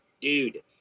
Dude